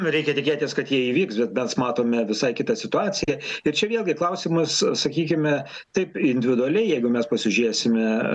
reikia tikėtis kad jie įvyks bet mes matome visai kitą situaciją ir čia vėlgi klausimas sakykime taip individualiai jeigu mes pasižiūrėsime